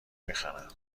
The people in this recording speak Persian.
میخرم